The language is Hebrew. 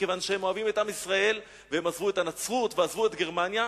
כיוון שהם אוהבים את עם ישראל והם עזבו את הנצרות ועזבו את גרמניה,